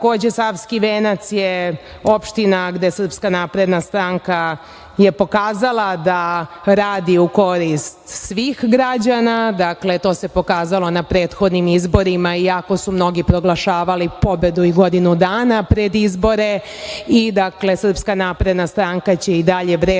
Savski venac je opština gde SNS je pokazala da radi u korist svih građana, dakle to se pokazalo na prethodnim izborima, iako su mnogi proglašavali pobedu i godinu dana pred izbore. Srpska napredna stranka će i dalje vredno